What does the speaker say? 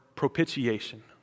propitiation